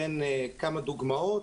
אני אתן כמה דוגמאות: